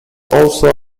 also